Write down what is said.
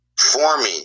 forming